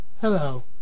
hello